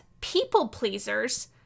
people-pleasers